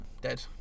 dead